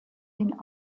den